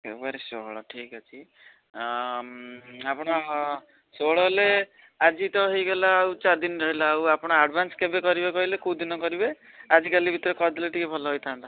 ଫେବୃୟାରୀ ଷୋହଳ ଠିକ୍ ଅଛି ଆପଣ ଷୋହଳ ହେଲେ ଆଜି ତ ହେଇଗଲା ଆଉ ଚାରିଦିନ ରହିଲା ଆଉ ଆପଣ ଆଡ୍ଭାନ୍ସ୍ କେବେ କରିବେ କହିଲେ କେଉଁଦିନ କରିବେ ଆଜିକାଲି ଭିତରେ କରିଦେଇଥିଲେ ଟିକିଏ ଭଲ ହେଇଥାନ୍ତା